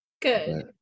good